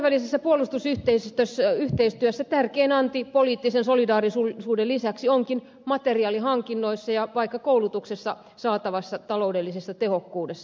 kansainvälisessä puolustusyhteistyössä tärkein anti poliittisen solidaarisuuden lisäksi onkin materiaalihankinnoissa ja vaikkapa koulutuksesta saatavassa taloudellisessa tehokkuudessa